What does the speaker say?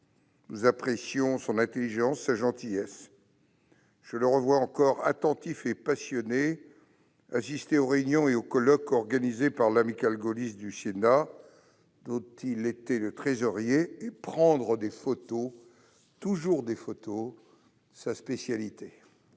Nous appréciions son intelligence et sa gentillesse. Je le revois encore, attentif et passionné, assister aux réunions et aux colloques organisés par l'amicale gaulliste du Sénat, dont il fut secrétaire général, et prendre, encore et toujours, des photos- c'était sa spécialité.